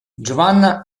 giovanna